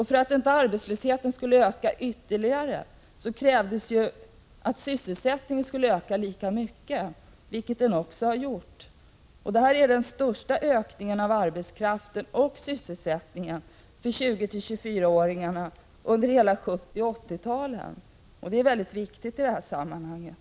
För att inte arbetslösheten skulle öka ytterligare har det krävts att sysselsättningen skulle öka lika mycket, vilket den också gjort. Det är den största ökningen av arbetskraften och sysselsättningen för 20-24-åringarna under hela 1970 och 1980-talen. Det är mycket viktigt i det här sammanhanget.